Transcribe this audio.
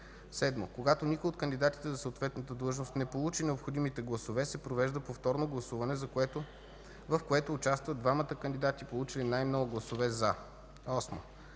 7. Когато никой от кандидатите за съответната длъжност не получи необходимите гласове, се провежда повторно гласуване, в което участват двамата кандидати, получили най-много гласове „за“. 8.